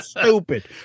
stupid